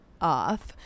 off